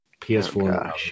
PS4